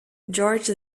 george